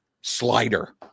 slider